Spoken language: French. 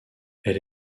elle